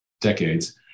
decades